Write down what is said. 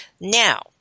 Now